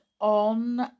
on